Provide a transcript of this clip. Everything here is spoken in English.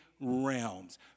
realms